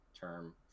term